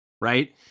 right